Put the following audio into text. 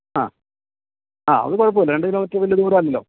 ആ ആ അതു കുഴപ്പമില്ല രണ്ട് കിലോ മീറ്റര് വലിയ ദൂരമല്ലല്ലോ